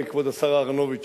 כבוד השר אהרונוביץ,